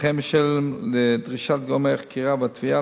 וכן בשל דרישת גורמי החקירה והתביעה